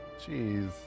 Jeez